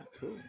Cool